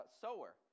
sower